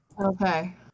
Okay